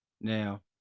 now